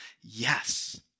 Yes